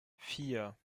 vier